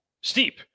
steep